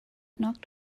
knocked